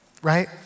Right